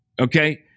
Okay